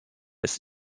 ist